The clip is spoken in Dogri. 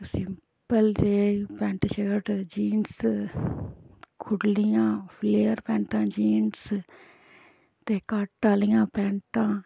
सिंपल जेही पैन्ट शर्ट जीन्स खुल्लियां फलेयर पैन्टां जीन्स ते कट आह्लियां पैन्टां